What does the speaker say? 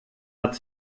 hat